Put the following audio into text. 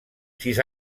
sis